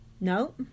No